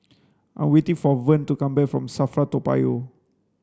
I'm waiting for Vern to come back from SAFRA Toa Payoh